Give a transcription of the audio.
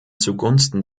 zugunsten